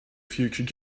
future